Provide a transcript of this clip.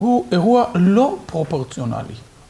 הוא אירוע לא פרופורציונלי.